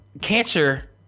cancer